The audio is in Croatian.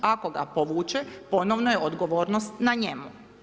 Ako ga povuče ponovno je odgovornost na njemu.